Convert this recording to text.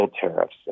tariffs